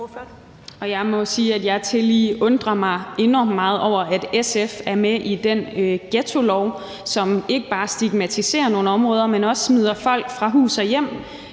Og jeg må sige, at jeg tillige undrer mig enormt meget over, at SF er med i den ghettolov, som ikke bare stigmatiserer nogle områder, men også smider folk ud, sender dem